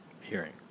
hearing